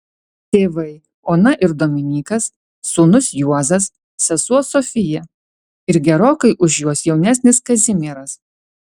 tėvai ona ir dominykas sūnus juozas sesuo sofija ir gerokai už juos jaunesnis kazimieras